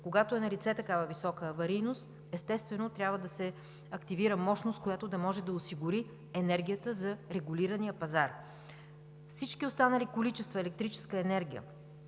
Когато е налице такава висока аварийност, естествено трябва да се активира мощност, която да може да осигури енергията за регулирания пазар. Всички останали количества електрическа енергия,